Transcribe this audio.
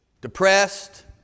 depressed